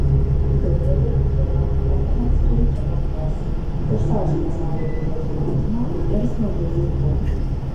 daugeliui idealioms atostogoms reikia gamtos garsiausių pasaulyje vietų lankymo ir smagių veiklų